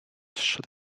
should